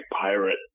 pirate